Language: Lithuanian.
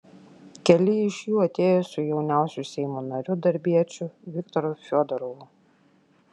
keli iš jų atėjo su jauniausiu seimo nariu darbiečiu viktoru fiodorovu